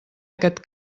aquest